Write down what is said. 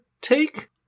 take